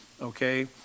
okay